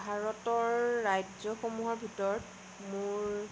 ভাৰতৰ ৰাজ্য সমূহৰ ভিতৰত মোৰ